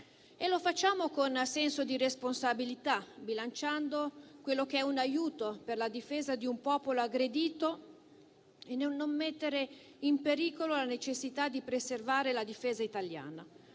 E lo facciamo con senso di responsabilità, bilanciando quello che è un aiuto per la difesa di un popolo aggredito con l'attenzione a non mettere in pericolo la necessità di preservare la difesa italiana.